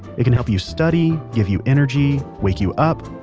it can help you study, give you energy, wake you up,